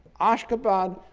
ashgabat,